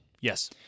Yes